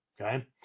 Okay